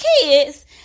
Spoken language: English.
kids